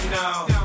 now